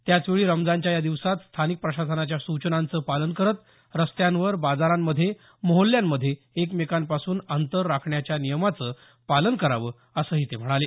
त्याचवेळी रमजानच्या या दिवसांत स्थानिक प्रशासनाच्या सूचनांचं पालन करत रस्त्यांवर बाजारांमध्ये मोहल्ल्यांमध्ये एकमेकांपासून अंतर राखण्याच्या नियमाचं पालन करावं असंही ते म्हणाले